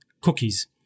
cookies